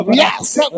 yes